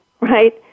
Right